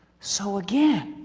so again,